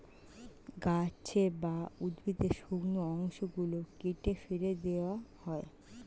গাছের বা উদ্ভিদের শুকনো অংশ গুলো কেটে ফেটে দেওয়া হয়